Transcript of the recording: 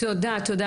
תודה.